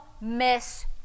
miss